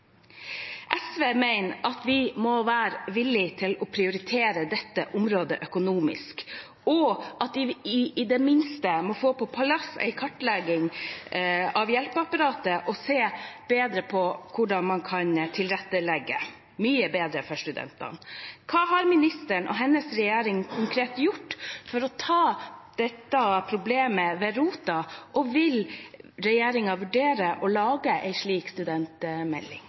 SV mener at vi må være villige til å prioritere dette området økonomisk, og at vi i det minste må få på plass en kartlegging av hjelpeapparatet og se bedre på hvordan man kan tilrettelegge mye bedre for studentene. Hva har ministeren og hennes regjering konkret gjort for å ta dette problemet ved rota? Og vil regjeringen vurdere å lage en slik studentmelding?